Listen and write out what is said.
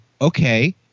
okay